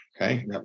okay